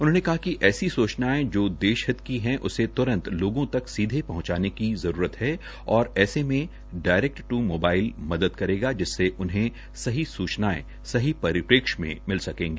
उन्होंने कहा कि ऐसी सूचनायेंजो देश हित की है उसे त्रंत लोगों तक सीधे पहंचाने की जरूरत है और ऐसे में डायरेक्ट टू मोबाइल मदद करेगा जिससे उन्हें सही सूचनायें सही परिपेस्य में मिल सकेगी